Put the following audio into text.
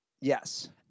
Yes